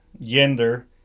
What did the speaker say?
gender